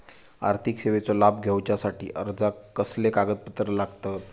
आर्थिक सेवेचो लाभ घेवच्यासाठी अर्जाक कसले कागदपत्र लागतत?